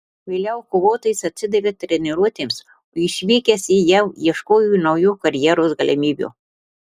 vėliau kovotojas atsidavė treniruotėms o išvykęs į jav ieškojo naujų karjeros galimybių